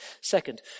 Second